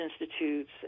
institutes